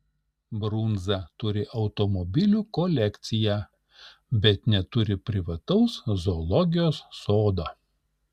brunza turi automobilių kolekciją bet neturi privataus zoologijos sodo